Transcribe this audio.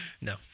No